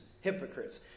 hypocrites